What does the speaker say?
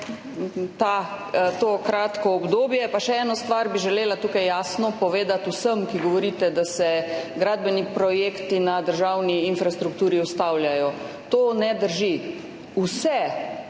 v to kratko obdobje. Pa še eno stvar bi želela tukaj jasno povedati vsem, ki govorite, da se gradbeni projekti na državni infrastrukturi ustavljajo – to ne drži. Vse